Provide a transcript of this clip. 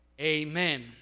Amen